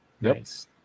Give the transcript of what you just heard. Nice